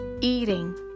Eating